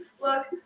look